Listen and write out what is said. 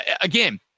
again